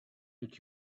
but